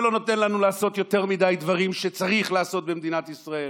שלא נותן לנו לעשות יותר מדי דברים שצריך לעשות במדינת ישראל,